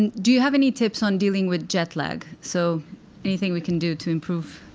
and do you have any tips on dealing with jet lag so anything we can do to improve?